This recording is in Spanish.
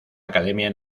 academia